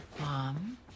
Mom